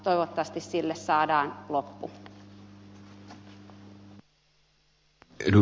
toivottavasti sille saadaan loppu